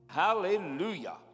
Hallelujah